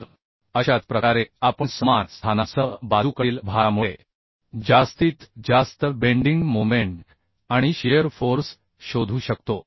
तरअशाच प्रकारे आपण समान स्थानांसह बाजूकडील भारामुळे जास्तीत जास्त बेंडिंग मोमेंट आणि शिअर फोर्स शोधू शकतो